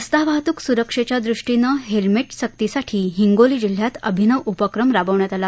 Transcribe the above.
रस्ता वाहतूक स्रक्षेच्या दृष्टीनं हेल्मेट सक्ती साठी हिंगोली जिल्ह्यात अभिनव उपक्रम राबवण्यात आला